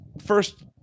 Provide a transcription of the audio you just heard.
first